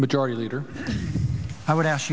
the majority leader i would ask